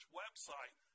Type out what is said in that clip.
website